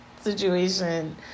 situation